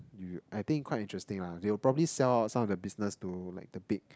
you I think quite interesting lah they will probably sell out some of the business to like the big